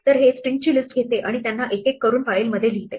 तर हे स्ट्रिंगज़ची लिस्ट घेते आणि त्यांना एक एक करून फाइलमध्ये लिहिते